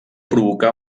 provocà